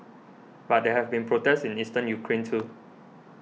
but there have been protests in Eastern Ukraine too